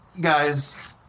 guys